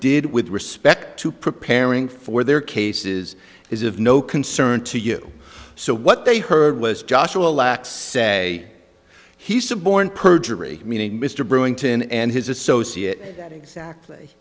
did with respect to preparing for their cases is of no concern to you so what they heard was joshua lacks say he suborn perjury meaning mr brewington and his associate that exactly